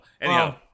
anyhow